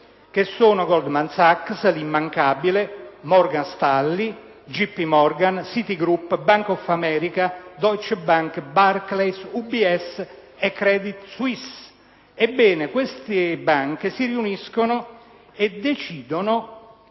che sono: Goldman Sachs (immancabile), Morgan Stanley, JP Morgan, Citigroup, Bank of America, Deutsche Bank, Barclays, Ubs e Credit Suisse. Ebbene, queste banche si riuniscono in